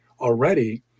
already